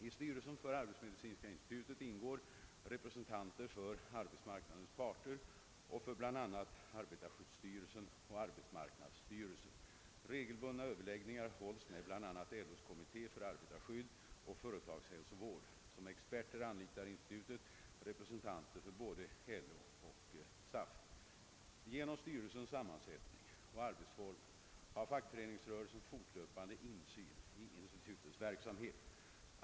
I styrelsen för arbetsmedicinska institutet ingår representanter för arbetsmarknadens parter och för bl.a. arbetarskyddsstyrelsen och arbetsmarknadsstyrelsen. Regelbundna överläggningar hålls med bl.a. LO:s kommitté för arbetarskydd och företagshälsovård. Som experter anlitar institutet representanter för både LO och SAF. Genom styrelsens sammansättning och arbetsfor mer har fackföreningsrörelsen fortlöpande insyn i institutets verksamhet.